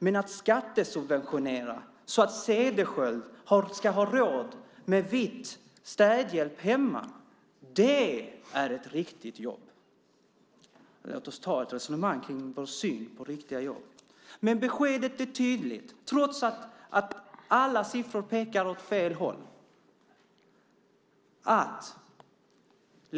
Men att skattesubventionera så att Cederschiöld ska ha råd med vit städhjälp hemma leder till ett riktigt jobb. Låt oss ta ett resonemang om vår syn på riktiga jobb! Beskedet är tydligt trots att alla siffror pekar åt fel håll.